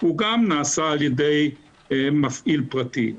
גם נעשה על ידי מפעיל פרטי.